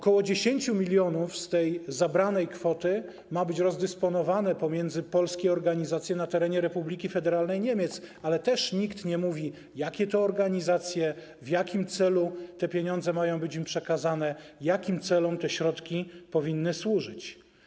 Ok. 10 mln z tej zabranej kwoty ma być rozdysponowane pomiędzy polskie organizacje na terenie Republiki Federalnej Niemiec, ale też nikt nie mówi, jakie to organizacje, w jakim celu te pieniądze mają im być przekazane, jakim celom te środki powinny służyć.